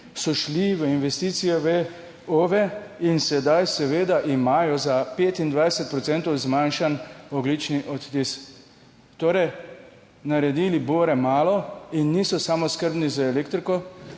so šli v investicijo v OVE in sedaj seveda imajo za 25 procentov zmanjšan ogljični odtis, Torej naredili bore malo in niso samooskrbni z elektriko